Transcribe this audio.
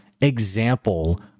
example